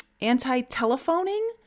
anti-telephoning